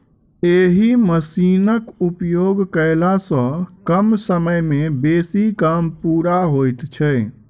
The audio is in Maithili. एहि मशीनक उपयोग कयला सॅ कम समय मे बेसी काम पूरा होइत छै